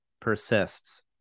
persists